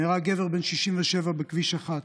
נהרג גבר בן 67 בכביש 1,